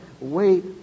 wait